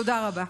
תודה רבה.